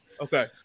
Okay